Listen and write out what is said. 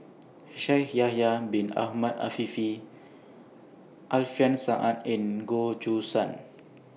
Shaikh Yahya Bin Ahmed Afifi Alfian Sa'at and Goh Choo San